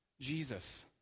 Jesus